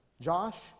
Josh